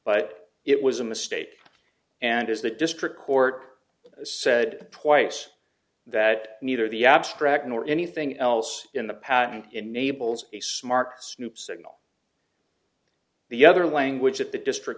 but it was a mistake and as the district court said twice that neither the abstract nor anything else in the patent enables a smart snoop signal the other language that the district